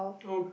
oh